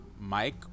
Mike